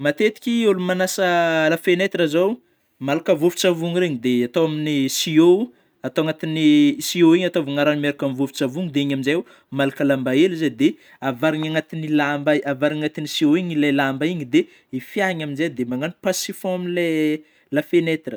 Matetiky olo manasa la fenétre zao, malaka vovon-tsavôny reny, de atao amin'ny siô atao agnatin'ny sio iny ataovagna ragno miaraka amin'ny vovon-tsavôny, de io amzeo malika lamba hely zaho de avarigna agnaty lamba, avarigna agnaty ny sio iny le lamba iny de fiahana amzey de magnano pasy sifon amin'le la fenétre.